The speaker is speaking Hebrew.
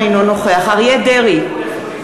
אינו נוכח אריה דרעי,